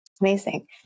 Amazing